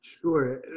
Sure